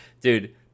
dude